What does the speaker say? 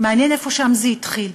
מעניין איפה שם זה התחיל.